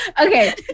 Okay